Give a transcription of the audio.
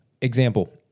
example